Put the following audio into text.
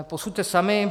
Posuďte sami.